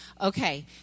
Okay